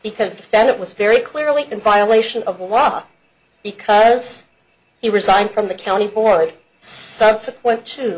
because that it was very clearly in violation of the law because he resigned from the county board subsequent to